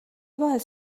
باعث